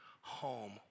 home